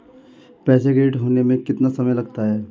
पैसा क्रेडिट होने में कितना समय लगता है?